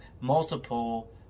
multiple